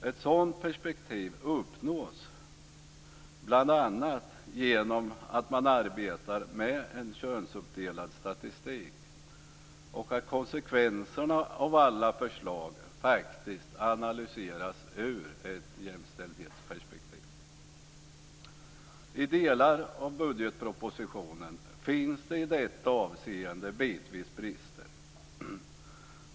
Ett sådant perspektiv uppnås bl.a. genom att man arbetar med en könsuppdelad statistik och att konsekvenserna av alla förslag analyseras ur ett jämställdhetsperspektiv. I delar av budgetpropositionen finns det i detta avseende bitvis brister.